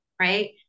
right